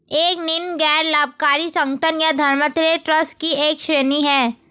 एक नींव गैर लाभकारी संगठन या धर्मार्थ ट्रस्ट की एक श्रेणी हैं